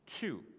two